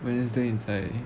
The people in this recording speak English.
wednesday 你再